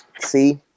See